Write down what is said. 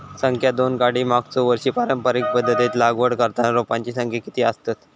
संख्या दोन काडी मागचो वर्षी पारंपरिक पध्दतीत लागवड करताना रोपांची संख्या किती आसतत?